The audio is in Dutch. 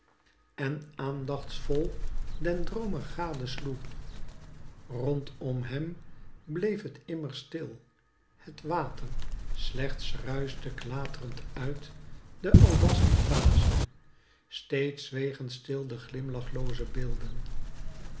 en aandachtsvol den droomer gadesloeg rondom hem bleef het immer stil het water slechts ruischte klaatrend uit de albasten vaze steeds zwegen stil de glimlachlooze beelden